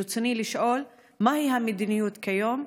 רצוני לשאול: 1. מהי המדיניות כיום?